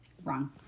wrong